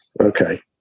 okay